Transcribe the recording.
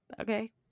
Okay